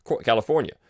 California